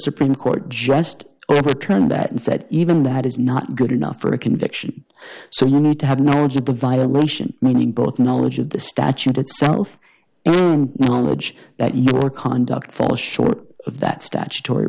supreme court just overturned that and said even that is not good enough for a conviction so you need to have knowledge of the violation meaning both knowledge of the statute itself knowledge that your conduct fell short of that statutory